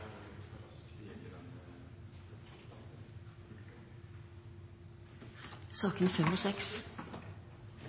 saken og